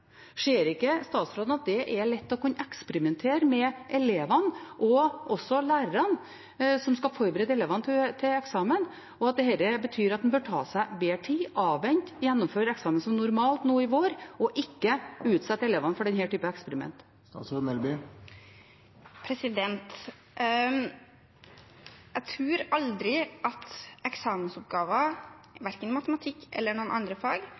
Ser ikke statsråden at det lett er å kunne eksperimentere med elevene og også lærerne, som skal forberede elevene til eksamen, og at dette betyr at en bør ta seg bedre tid, avvente, gjennomføre eksamen som normalt nå i vår, og ikke utsette elevene for denne typen eksperiment? Jeg tror aldri at eksamensoppgaver, verken i matematikk eller i noen andre fag,